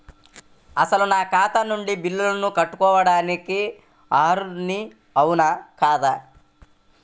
అసలు నా ఖాతా నుండి బిల్లులను కట్టుకోవటానికి అర్హుడని అవునా కాదా?